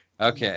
okay